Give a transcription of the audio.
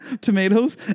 Tomatoes